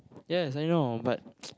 yes I know but